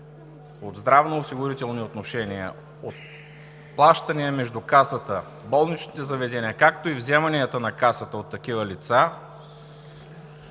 от здравноосигурителни отношения, от плащания между Касата, болничните заведения, както и вземанията на Касата от такива лица,